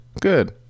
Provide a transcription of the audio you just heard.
Good